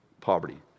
poverty